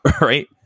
right